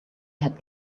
had